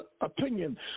opinion